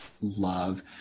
Love